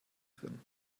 drin